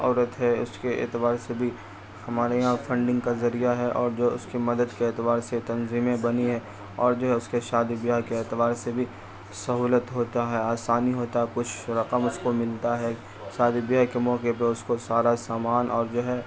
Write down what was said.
عورت ہے اس کے اعتبار سے بھی ہمارے یہاں فنڈنگ کا ذریعہ ہے اور جو اس کی مدد کے اعتبار سے تنظیمیں بنی ہیں اور جو ہے اس کے شادی بیاہ کے اعتبار سے بھی سہولت ہوتا ہے آسانی ہوتا ہے کچھ رقم اس کو ملتا ہے شادی بیاہ کے موقع پہ اس کو سارا سامان اور جو ہے